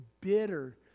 bitter